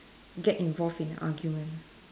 get involved in a argument